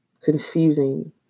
confusing